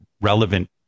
relevant